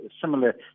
similar